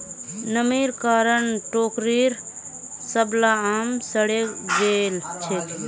नमीर कारण टोकरीर सबला आम सड़े गेल छेक